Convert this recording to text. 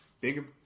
Bigger